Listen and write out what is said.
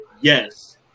Yes